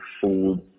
food